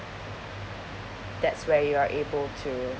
that's where you are able to